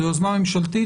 זאת יוזמה ממשלתית.